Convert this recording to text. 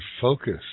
focus